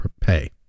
pay